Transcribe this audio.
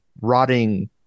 rotting